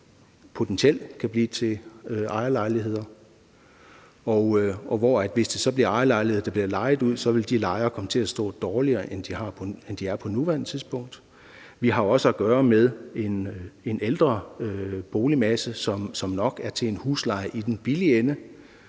som potentielt kan blive til ejerlejligheder. Hvis det bliver ejerlejligheder, der bliver lejet ud, så vil de lejere kommer til at stå dårligere, end de står på nuværende tidspunkt. Vi har også at gøre med en ældre boligmasse, som nok er til en husleje i den billige ende.